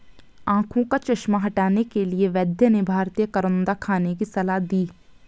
आंखों का चश्मा हटाने के लिए वैद्य ने भारतीय करौंदा खाने की सलाह दी